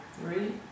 three